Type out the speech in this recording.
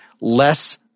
less